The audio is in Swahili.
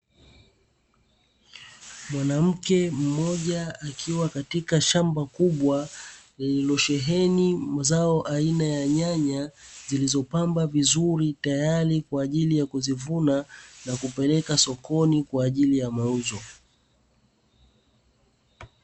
Mwanamke mmoja akiwa katika shamba kubwa, lililosheheni mazao aina ya nyanya zilizopamba vizuri tayari kwa ajili ya kuzivuna na kupeleka sokoni kwa ajili ya mauzo.